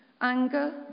anger